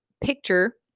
picture